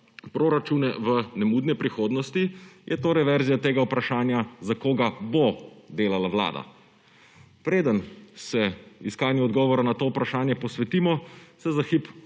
proračune nemudne prihodnosti, je torej verzija tega vprašanja, za koga bo delala vlada. Preden se iskanju odgovora na to vprašanje posvetimo, se za hip